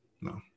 No